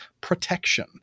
protection